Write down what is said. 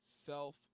self